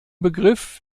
begriff